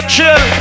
Chill